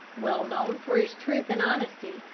well known for his truth and honesty,